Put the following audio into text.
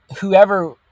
Whoever